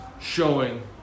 showing